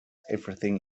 everything